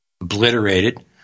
obliterated